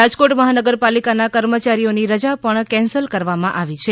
રાજકોટ મહાનગરપાલિકા ના કર્મચારીઓ ની રજા પણ કેન્સલ કરવામાં આવી છે